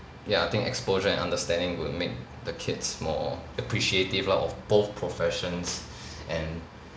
ya I think exposure and understanding would make the kids more appreciative lah of both professions and